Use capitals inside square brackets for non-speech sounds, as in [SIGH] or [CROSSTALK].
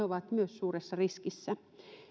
[UNINTELLIGIBLE] ovat myös suuressa riskissä